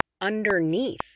underneath